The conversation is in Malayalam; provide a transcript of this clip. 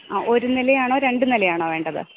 അ ഒരു നിലയാണോ രണ്ടു നിലയാണോ വേണ്ടത്